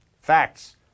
Facts